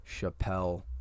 Chappelle